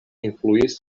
influis